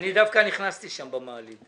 אני דווקא נכנסתי שם במעלית.